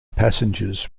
passengers